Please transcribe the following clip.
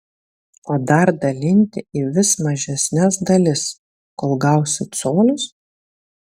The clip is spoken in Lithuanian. o dar dalinti į vis mažesnes dalis kol gausiu colius